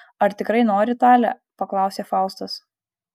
ar tikrai nori tale paklausė faustas